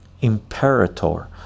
Imperator